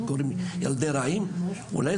היו קוראים לו ילדי רעים?